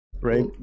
right